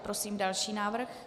Prosím další návrh.